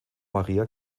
maria